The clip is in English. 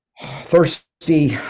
thirsty